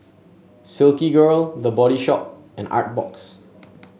Silkygirl The Body Shop and Artbox